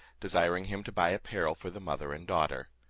desiring him to buy apparel for the mother and daughter.